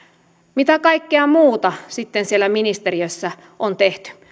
mitä kaikkea muuta sitten siellä ministeriössä on tehty